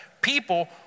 People